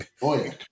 Boy